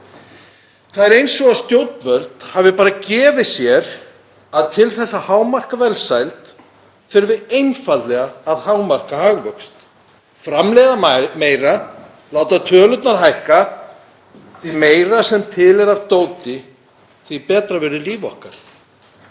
Það er eins og stjórnvöld hafi bara gefið sér að til þess að hámarka velsæld þurfi einfaldlega að hámarka hagvöxt. Framleiða meira, láta tölurnar hækka. Því meira sem til er af dóti, því betra verður líf okkar